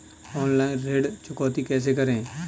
Online ऋण चुकौती कैसे करें?